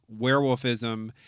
werewolfism